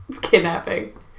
kidnapping